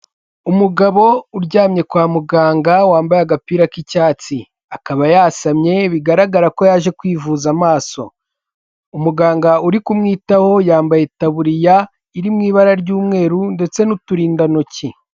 Umugabo uryamye kwa muganga wambaye agapira k'icyatsi. Akaba yasamye bigaragara ko yaje kwivuza amaso. Umuganga uri kumwitaho yambaye itabuririya, iri mu ibara ry'umweru ndetse n'uturindantoki.